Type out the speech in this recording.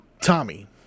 Tommy